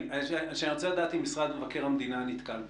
יש עוד נקודה שאני רוצה לדעת אם משרד מבקר המדינה נתקל בה.